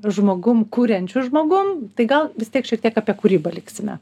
žmogum kuriančiu žmogum tai gal vis tiek šiek tiek apie kūrybą liksime